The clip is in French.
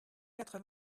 quatre